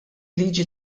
liġi